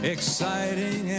Exciting